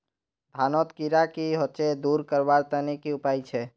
धानोत कीड़ा की होचे दूर करवार तने की उपाय छे?